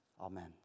Amen